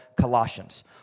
Colossians